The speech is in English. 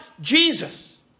Jesus